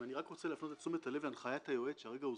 אני רק רוצה את תשומת הלב להנחיית היועץ שהרגע הוזכרה,